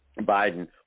Biden